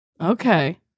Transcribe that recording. Okay